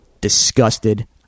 disgusted